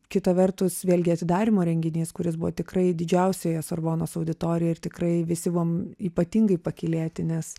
kita vertus vėlgi atidarymo renginys kuris buvo tikrai didžiausioje sorbonos auditorijoj ir tikrai visi buvom ypatingai pakylėti nes